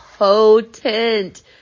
potent